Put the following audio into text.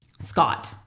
Scott